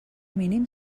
mínim